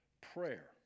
Prayer